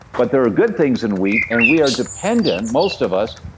but there are good things in wheat, and we are dependent, most of us,